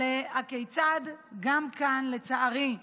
כיצד גם כאן, לצערי,